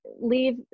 leave